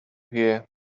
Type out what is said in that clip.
here